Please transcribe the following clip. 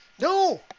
No